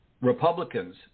Republicans